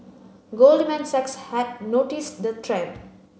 Goldman Sachs had noticed the trend